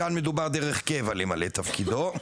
כאן מדובר דרך קבע למלא את תפקידו,